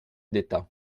d’état